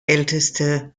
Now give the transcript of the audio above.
älteste